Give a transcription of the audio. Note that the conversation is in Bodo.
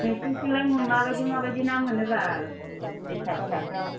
नोंसिनिथिंलाय माबायदि माबायदि ना मोनो बाल दैसा फिसाफ्राव